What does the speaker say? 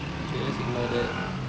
okay let's ignore that